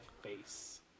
face